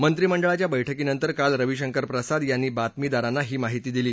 मंत्रीमंडळांच्या बैठकीनंतर काल रविशंकर प्रसाद यांनी बातमीदारांना ही माहिती दिली